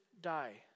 die